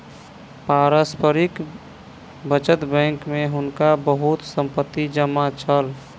पारस्परिक बचत बैंक में हुनका बहुत संपत्ति जमा छल